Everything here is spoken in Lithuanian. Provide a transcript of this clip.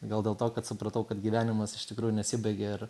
gal dėl to kad supratau kad gyvenimas iš tikrųjų nesibaigė ir